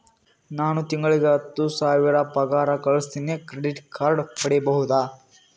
ನಾನು ತಿಂಗಳಿಗೆ ಹತ್ತು ಸಾವಿರ ಪಗಾರ ಗಳಸತಿನಿ ಕ್ರೆಡಿಟ್ ಕಾರ್ಡ್ ಪಡಿಬಹುದಾ?